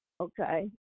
Okay